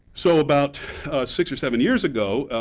so about six or seven years ago,